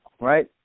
right